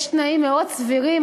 יש תנאים מאוד סבירים.